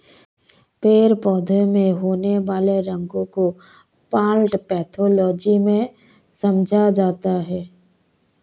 पेड़ पौधों में होने वाले रोगों को प्लांट पैथोलॉजी में समझा जाता है